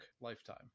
lifetime